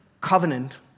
covenant